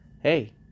hey